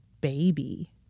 baby